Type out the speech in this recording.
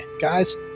Guys